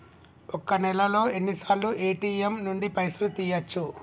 ఒక్క నెలలో ఎన్నిసార్లు ఏ.టి.ఎమ్ నుండి పైసలు తీయచ్చు?